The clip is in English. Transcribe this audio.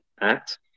act